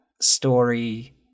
story